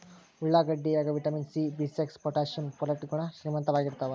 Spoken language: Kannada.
ಉಳ್ಳಾಗಡ್ಡಿ ಯಾಗ ವಿಟಮಿನ್ ಸಿ ಬಿಸಿಕ್ಸ್ ಪೊಟಾಶಿಯಂ ಪೊಲಿಟ್ ಗುಣ ಶ್ರೀಮಂತವಾಗಿರ್ತಾವ